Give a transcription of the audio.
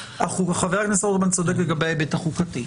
חבר הכנסת רוטמן צודק לגבי ההיבט החוקתי,